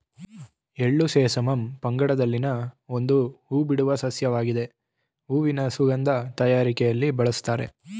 ಎಳ್ಳು ಸೆಸಮಮ್ ಪಂಗಡದಲ್ಲಿನ ಒಂದು ಹೂಬಿಡುವ ಸಸ್ಯವಾಗಾಯ್ತೆ ಹೂವಿನ ಸುಗಂಧ ತಯಾರಿಕೆಲಿ ಬಳುಸ್ತಾರೆ